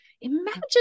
Imagine